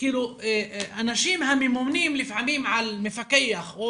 כאילו אנשים הממונים לפעמים על מפקח,